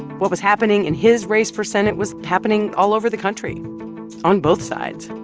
what was happening in his race for senate was happening all over the country on both sides.